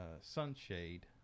sunshade